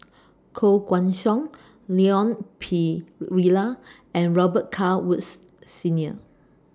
Koh Guan Song Leon Perera and Robet Carr Woods Senior